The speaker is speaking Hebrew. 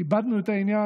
כיבדנו את העניין.